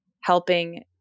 helping